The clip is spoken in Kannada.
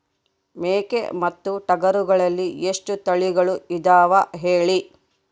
ಮೇಕೆ ಮತ್ತು ಟಗರುಗಳಲ್ಲಿ ಎಷ್ಟು ತಳಿಗಳು ಇದಾವ ಹೇಳಿ?